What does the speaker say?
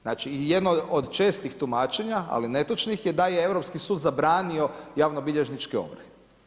Znači jedno od čestih tumačenja ali netočnih je da je Europski sud zabranio javnobilježničke ovrhe.